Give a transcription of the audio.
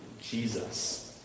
jesus